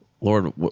lord